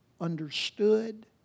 understood